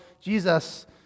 Jesus